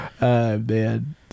Man